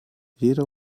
jeder